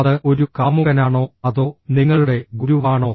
അത് ഒരു കാമുകനാണോ അതോ നിങ്ങളുടെ ഗുരുവാണോ